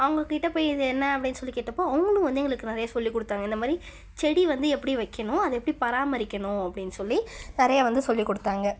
அவங்கக்கிட்ட போய் இது என்ன அப்படினு சொல்லிக் கேட்டப்போது அவங்களும் வந்து எங்களுக்கு நிறைய சொல்லிக்கொடுத்தாங்க இந்தமாதிரி செடி வந்து எப்படி வைக்கணும் அதை எப்படி பராமரிக்கணும் அப்படின்னு சொல்லி நிறைய வந்து சொல்லிக்கொடுத்தாங்க